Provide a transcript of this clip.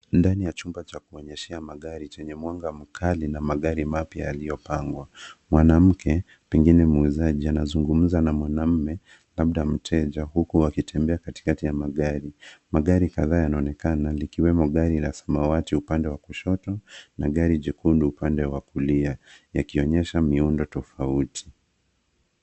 Ndani ya chumba cha kuonyesha magari chenye mwanga mkali na magari mapya yaliyopangwa, mwanamke, pengine muuzaji, anazungumza na mwanamume labda mteja huku wakitembea katikati ya magari. Magari kadhaa yanaonekana, likiwemo gari la samawati upande wa kushoto na gari jekundu upande wa kulia, yakionyesha miundo tofauti.